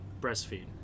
breastfeed